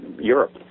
Europe